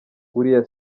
uriya